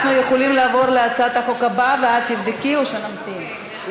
אנחנו יכולים לעבור להצעת החוק הבאה ואת תבדקי, או